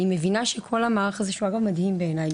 אני מבינה שכל המערך הזה שהוא מדהים בעיני,